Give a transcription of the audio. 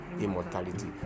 Immortality